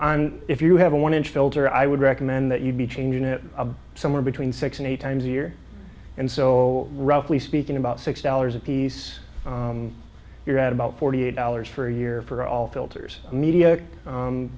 if you have a one inch filter i would recommend that you'd be changing it somewhere between six and eight times a year and so roughly speaking about six dollars apiece you're at about forty eight dollars for a year for all filters media